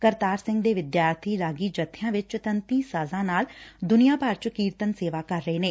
ਕਰਤਾਰ ਸਿੰਘ ਦੇ ਵਿਦਿਆਰਥੀ ਰਾਗੀ ਜੱਬਿਆਂ ਵਿਚ ਤੰਤੀ ਸਾਜ਼ਾ ਨਾਲ ਦੁਨੀਆ ਭਰ ਚ ਕੀਰਤਨ ਸੇਵਾ ਕਰ ਰਹੇ ਨੇ